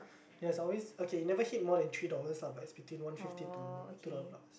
ya it's always okay never hit more than three dollars lah but it's between one fifty to two dollar plus